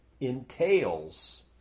entails